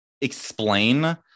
explain